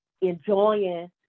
enjoying